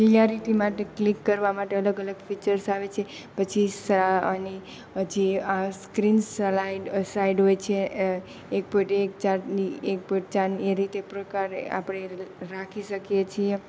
clarity માટે click કરવા માટે અલગ અલગ ફીચર્સ આવે છે પછી હજી આ સ્ક્રીન સ્લાઇડ હોય છે એક પોઈન્ટ એક ચારની એક પોઈન્ટ ચારની એ રીતે પ્રકારે આપણે રાખી શકીએ છીએ